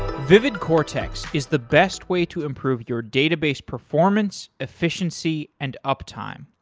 vividcortex is the best way to improve your database performance, efficiency, and uptime.